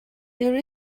there